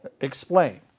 explain